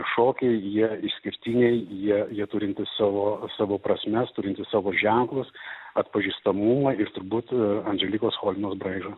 šokiai jie išskirtiniai jie jie turintys savo savo prasmes turintys savo ženklus atpažįstamumą ir turbūt andželikos cholinos braižą